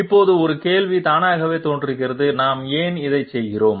இப்போது ஒரு கேள்வி தானாகவே தோன்றுகிறது நாம் ஏன் இதைச் செய்கிறோம்